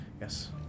yes